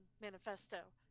manifesto